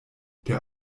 der